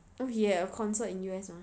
oh he has a concert in U_S mah